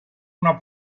una